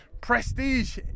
prestige